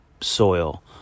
soil